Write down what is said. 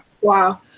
Wow